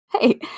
Hey